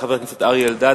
חבר הכנסת אריה אלדד,